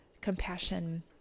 compassion